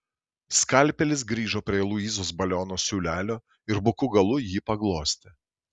skalpelis grįžo prie luizos baliono siūlelio ir buku galu jį paglostė